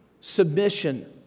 submission